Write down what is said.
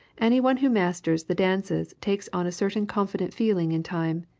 anyone who masters the dances takes on a certain confident feeling in time,